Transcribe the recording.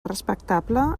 respectable